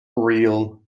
reel